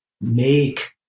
make